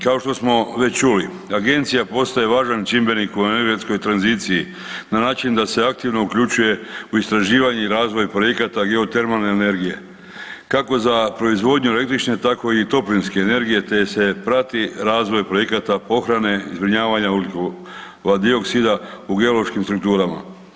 Kao što smo već čuli, Agencija postaje važan čimbenik u energetskoj tranziciji na način da se aktivno uključuje u istraživanje i razvoj projekata geotermalne energije, kako za proizvodnju električne, tako i toplinske energije te se prati razvoj projekata pohrane i zbrinjavanja ugljikova dioksida u geološkim strukturama.